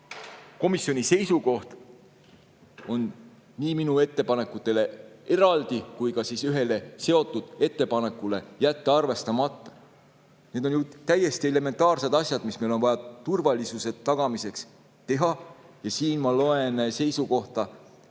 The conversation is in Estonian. Komisjoni seisukoht nii minu ettepanekute kohta eraldi kui ka ühe, kokkuseotud ettepaneku kohta on, et jätta arvestamata. Need on ju täiesti elementaarsed asjad, mida meil on vaja turvalisuse tagamiseks teha, aga siit ma loen seisukohta,